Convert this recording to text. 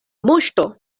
moŝto